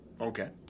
Okay